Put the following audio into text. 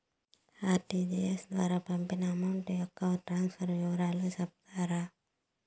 RTGS ద్వారా పంపిన amount యొక్క ట్రాన్స్ఫర్ వివరాలు సెప్తారా